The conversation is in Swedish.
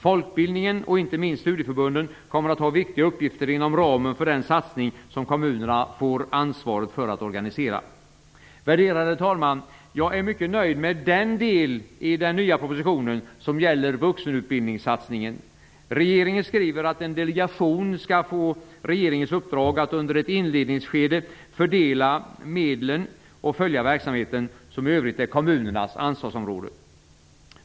Folkbildningen, och inte minst studieförbunden, kommer att ha viktiga uppgifter inom ramen för den satsning som kommunerna får ansvaret för att organisera. Värderade talman! Jag är mycket nöjd med den del i den nya propositionen som gäller vuxenutbildningssatsningen. Regeringen skriver att en delegation skall få regeringens uppdrag att under ett inledningsskede fördela medlen och följa den verksamhet som i övrigt är kommunernas ansvarsområde.